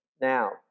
Now